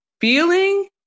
feeling